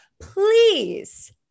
Please